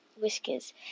whiskers